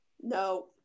No